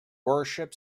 worship